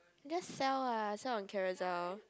just sell ah sell on Carousell